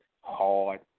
hard